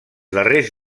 darrers